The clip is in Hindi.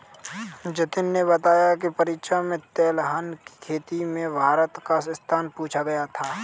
जतिन ने बताया की परीक्षा में तिलहन की खेती में भारत का स्थान पूछा गया था